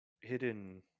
hidden